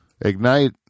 ignite